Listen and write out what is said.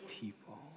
people